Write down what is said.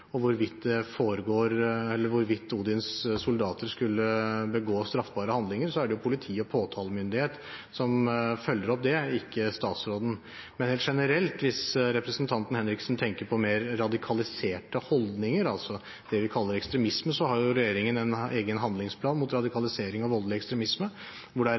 Odins soldater skulle begå straffbare handlinger, er det politi og påtalemyndighet som følger opp det, ikke statsråden. Helt generelt, hvis representanten Henriksen tenker på mer radikaliserte holdninger, det vi kaller ekstremisme, har jo regjeringen en egen handlingsplan mot radikalisering og voldelig ekstremisme, der det er